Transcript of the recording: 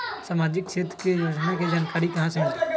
सामाजिक क्षेत्र के योजना के जानकारी कहाँ से मिलतै?